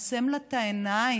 עוצם לה את העיניים,